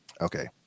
Okay